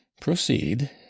proceed